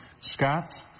Scott